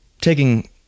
taking